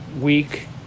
week